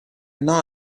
now